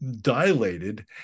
dilated